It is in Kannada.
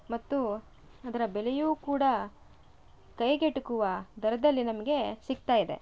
ಮತ್ತು ಅದರ ಬೆಲೆಯು ಕೂಡ ಕೈಗೆಟಕುವ ದರದಲ್ಲಿ ನಮಗೆ ಸಿಗ್ತಾಯಿದೆ